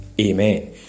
Amen